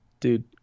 Dude